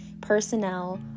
personnel